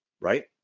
Right